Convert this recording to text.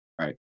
right